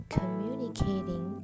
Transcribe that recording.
communicating